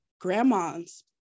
grandma's